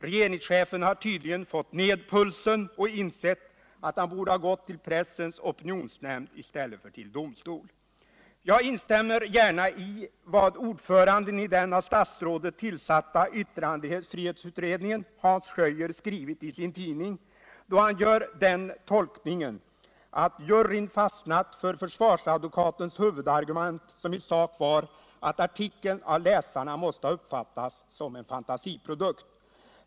Regeringschefen har tydligen fått ned pulsen och insett att han borde ha gått till Pressens opinionsnämnd i stället för till domstol. Jag instämmer gärna i vad ordföranden i den av statsrådet tillsatta yttrandefrihetsutredningen, Hans Schöier, skrivit i sin tidning, då han gör den tolkningen att juryn fastnat för försvarsadvokatens huvudargument som i sak var att artikeln av läsarna måste ha uppfattats som en fantasiprodukt.